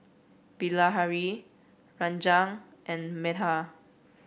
Bilahari Ranga and Medha